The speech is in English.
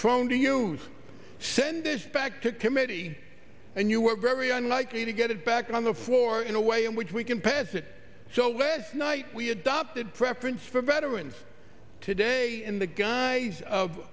prone to you send this back to committee and you are very unlikely to get it back on the floor in a way in which we can pass it so last night we adopted preference for veterans today in the guise of